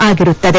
ಆಗಿರುತ್ತದೆ